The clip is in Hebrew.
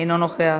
אינו נוכח,